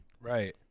Right